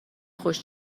خوش